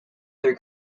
three